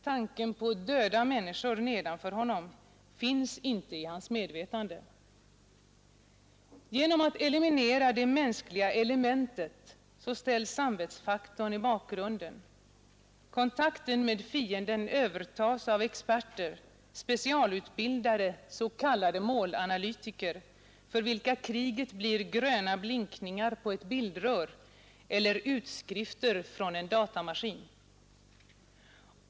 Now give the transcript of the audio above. Tanken på döda människor nedanför honom finns inte i hans medvetande. Genom att eliminera det mänskliga elementet ställs samvetsfaktorn i bakgrunden. Kontakten med fienden övertas av experter, specialutbildade s.k. målanalytiker, för vilka kriget blir gröna blinkningar på ett bildrör eller utskrifter från en datamaskin.